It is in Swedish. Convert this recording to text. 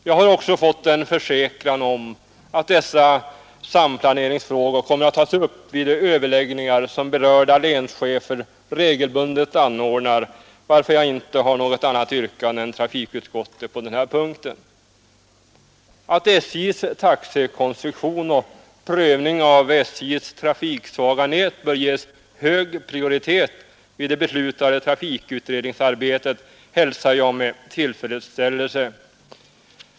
Jag har också fått en försäkran om att dessa samplaneringsfrågor kommer att tas upp vid de överläggningar som berörda länschefer regelbundet anordnar, varför jag inte har något annat yrkande än trafikutskottet på den här punkten. Att SJ:s taxekonstruktion och prövningen av SJ:s trafiksvaga nät bör ges hög prioritet vid det beslutade trafikutredningsarbetet hälsar jag med tillfredsställelse.